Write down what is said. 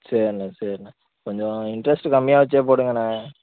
சரிண்ணே சரிண்ணே கொஞ்சம் இன்டரெஸ்ட்டு கம்மியாக வச்சே போடுங்கண்ணே